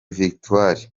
victoire